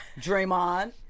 Draymond